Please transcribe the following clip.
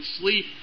sleep